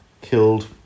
killed